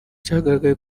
cyagaragaye